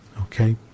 Okay